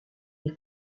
est